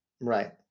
Right